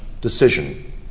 decision –